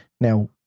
Now